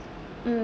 mm